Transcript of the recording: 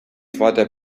zweiter